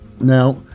now